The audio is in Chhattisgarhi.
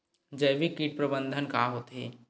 जैविक कीट प्रबंधन का होथे?